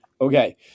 okay